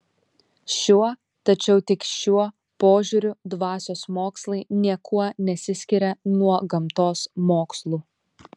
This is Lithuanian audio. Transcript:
šiuo tačiau tik šiuo požiūriu dvasios mokslai niekuo nesiskiria nuo gamtos mokslų